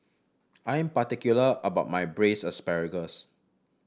I am particular about my Braised Asparagus